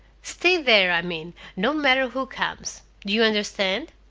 stay there, i mean, no matter who comes. do you understand?